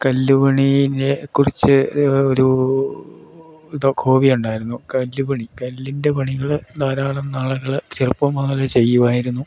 കല്ലുപണീനെ കുറിച്ച് ഒരു ഇത് ഹോബി ഉണ്ടായിരുന്നു കല്ലു പണി കല്ലിൻ്റെ പണികൾ ധാരാളം നാളുകൾ ചെറുപ്പം മുതൽ ചെയ്യുവായിരുന്നു